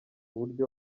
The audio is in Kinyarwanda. buryo